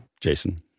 Jason